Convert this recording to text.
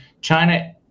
China